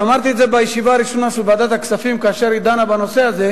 ואמרתי את זה בישיבה הראשונה של ועדת הכספים כאשר היא דנה בנושא הזה: